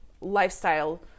lifestyle